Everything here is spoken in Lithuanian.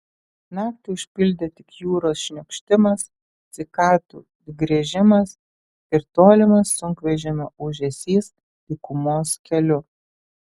naktį užpildė tik jūros šniokštimas cikadų griežimas ir tolimas sunkvežimio ūžesys dykumos keliu